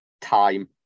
time